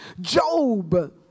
Job